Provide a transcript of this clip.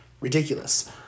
ridiculous